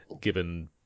given